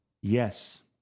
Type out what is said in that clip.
Yes